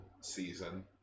season